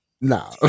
Nah